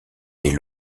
des